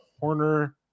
Horner